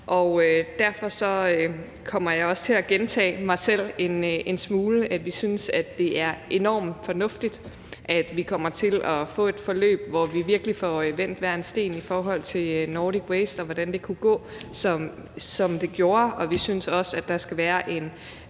og derfor kommer jeg også til at gentage mig selv en smule. Vi synes, at det er enormt fornuftigt, at vi kommer til at få et forløb, hvor vi virkelig får vendt hver en sten i forhold til Nordic Waste, og hvordan det kunne gå, som det gjorde. Vi synes også, at der skal være en